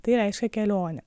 tai reiškia kelionę